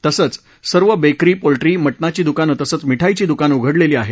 आज सर्व bakery poultry मटनाची दुकानं तसंच मिठाईची दुकानं उघडलेली आहेत